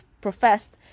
professed